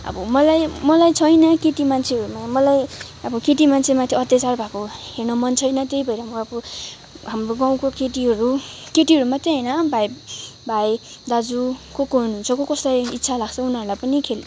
अब मलाई मलाई छैन केटी मान्छेहरूमा मलाई अब केटी मान्छे माथि अत्याचार भएको हेर्न मन छैन त्यही भएर म अब हाम्रो गाउँको केटीहरू केटीहरू मात्रै होइन भाइ भाइ दाजु को को हुनुहुन्छ को कसलाई इच्छा लाग्छ उनीहरूलाई पनि खेल